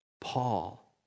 Paul